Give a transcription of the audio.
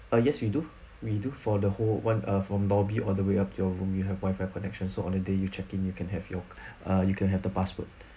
uh yes we do we do for the whole [one] uh from lobby on the way up to your room you have wifi connection so on the day you check in you can have your err you can have the password